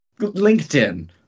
LinkedIn